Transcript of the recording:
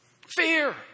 Fear